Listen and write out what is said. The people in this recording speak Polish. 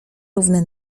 równe